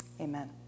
Amen